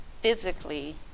physically